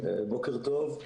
בוקר טוב.